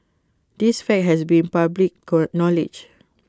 this fact has been public knowledge